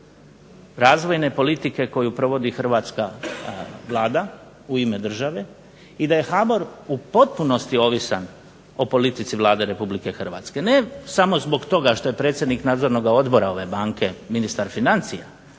razvojne politike koju provodi hrvatska Vlada u ime države i da je HBOR u potpunosti ovisan o politici Vlade Republike Hrvatske, ne samo zbog toga što je predsjednik nadzornoga odbora ove banke ministar financija,